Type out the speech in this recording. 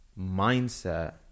mindset